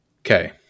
Okay